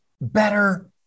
better